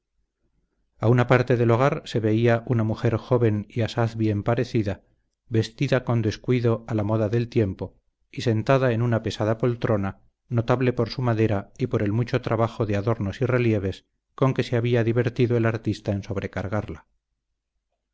a una parte del hogar se veía una mujer joven y asaz bien parecida vestida con descuido a la moda del tiempo y sentada en una pesada poltrona notable por su madera y por el mucho trabajo de adornos y relieves con que se había divertido el artista en sobrecargarla